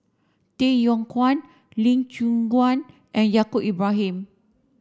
Tay Yong Kwang Lee Choon Guan and Yaacob Ibrahim